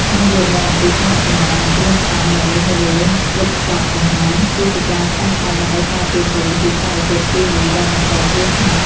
ការយល់ដឹងអំពីស្លាកសញ្ញា និងគ្រឿងផ្សំដែលមាននៅលើវេចខ្ចប់អាហារ គឺជាការចាំបាច់ដើម្បីការពារខ្លួនពីសារធាតុគីមីដែលបង្កគ្រោះថ្នាក់។